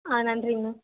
ஆ நன்றிங்க மேம்